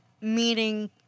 meeting